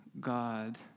God